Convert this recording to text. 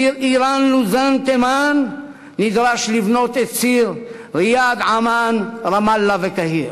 ציר איראן לוזאן תימן נדרש לבנות את ציר ריאד עמאן רמאללה קהיר.